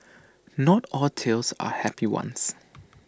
not all tales are happy ones